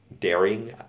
daring